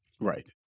Right